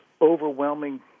overwhelming